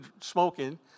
smoking